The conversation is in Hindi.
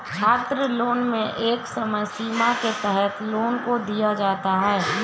छात्रलोन में एक समय सीमा के तहत लोन को दिया जाता है